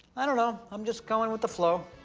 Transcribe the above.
i don't know, i'm just going with the flow,